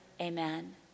Amen